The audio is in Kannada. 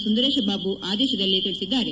ಸುಂದರೇಶ ಬಾಬು ಆದೇಶದಲ್ಲಿ ತಿಳಿಸಿದ್ದಾರೆ